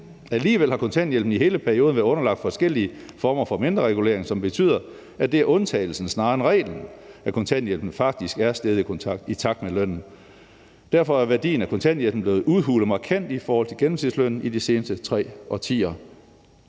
Alligevel har kontanthjælpen i hele perioden været underlagt forskellige former for mindreregulering, som betyder, at det er undtagelsen snarere end reglen, at kontanthjælpen faktisk er steget i takt med lønnen. Derfor er værdien af kontanthjælpen blevet udhulet markant i forhold til gennemsnitslønnen i de seneste tre årtier.«